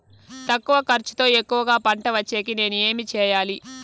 తక్కువ ఖర్చుతో ఎక్కువగా పంట వచ్చేకి నేను ఏమి చేయాలి?